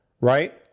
right